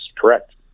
correct